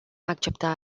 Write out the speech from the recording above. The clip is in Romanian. accepta